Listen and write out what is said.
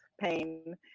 pain